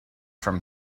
from